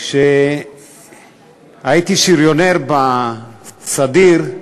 כשהייתי שריונר בסדיר,